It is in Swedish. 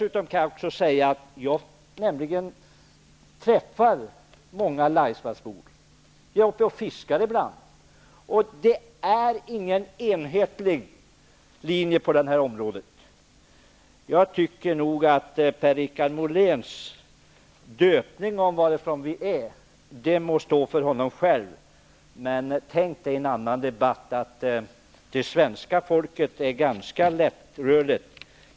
Vidare kan jag nämna att jag träffar många Laisvallsbor. Jag åker dit och fiskar ibland, och jag vet att det inte finns någon enhetlig linje bland befolkningen i den här frågan. Per-Richard Moléns bedömning av oss på grundval av varifrån vi kommer må stå för honom själv. Tänk på i kommande debatter att svenska folket är ganska lättrörligt!